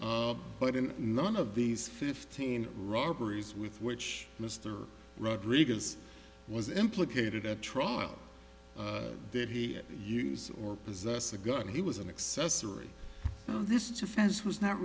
but in none of these fifteen robberies with which mr rodriguez was implicated at trial did he use or possess a gun he was an accessory this to fence was not